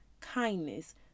kindness